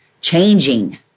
changing